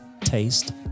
taste